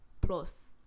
plus